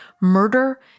murder